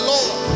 Lord